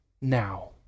now